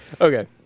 Okay